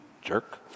jerk